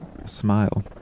Smile